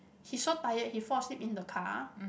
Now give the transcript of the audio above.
he so tired he fall asleep in the car